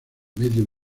medio